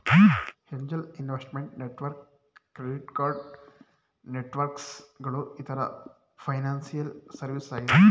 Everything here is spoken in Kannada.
angel investment network, credit card networks ಗಳು ಇತರ ಫೈನಾನ್ಸಿಯಲ್ ಸರ್ವಿಸ್ ಆಗಿದೆ